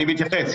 אני מתייחס.